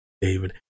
David